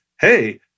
hey